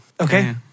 Okay